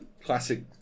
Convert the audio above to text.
classic